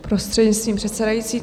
Prostřednictvím předsedající.